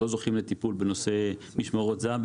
שלא זוכים לטיפול בנושא משמרות הזה"ב.